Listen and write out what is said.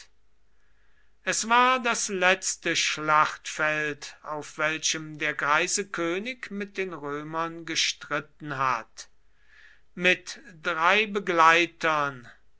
es war das letzte schlachtfeld auf welchem der greise könig mit den römern gestritten hat mit drei begleitern